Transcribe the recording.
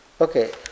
Okay